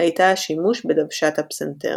הייתה השימוש בדוושת הפסנתר.